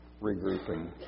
regrouping